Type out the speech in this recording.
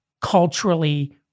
culturally